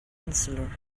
insular